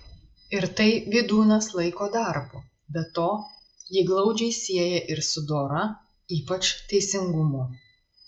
ir tai vydūnas laiko darbu be to jį glaudžiai sieja ir su dora ypač teisingumu